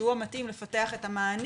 שהוא המתאים לפתח את המענים,